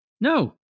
No